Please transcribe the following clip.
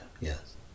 Yes